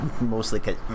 mostly